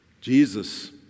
Jesus